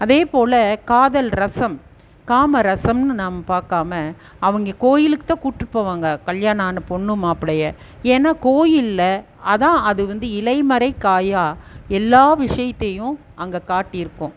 அதேப்போல் காதல் ரசம் காம ரசம்ன்னு நாம் பார்க்காம அவங்களை கோயிலுக்குதான் கூட்டிகிட்டு போவாங்க கல்யாணம் ஆன பொண்ணு மாப்பிளைய ஏன்னால் கோயிலில் அதுதான் அது வந்து இலை மறை காயாக எல்லா விஷயத்தையும் அங்கே காட்டி இருக்கும்